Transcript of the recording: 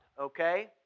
okay